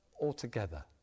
altogether